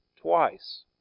twice